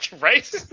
Right